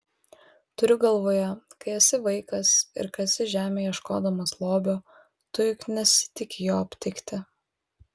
turiu galvoje kai esi vaikas ir kasi žemę ieškodamas lobio tu juk nesitiki jo aptikti